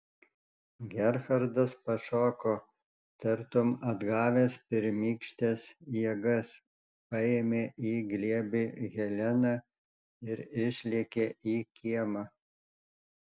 gerhardas pašoko tartum atgavęs pirmykštes jėgas paėmė į glėbį heleną ir išlėkė į kiemą